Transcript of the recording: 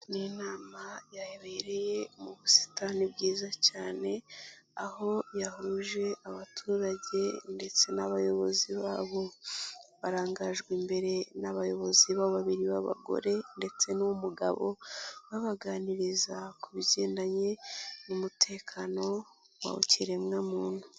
Ni inama yabereye mu busitani bwiza cyane, aho yahuje abaturage ndetse n'abayobozi babo, barangajwe imbere n'abayobozi babiri b'abagore ndetse n'umugabo, babaganiriza ku bigendanye n'umutekano w'ikiremwa muntu.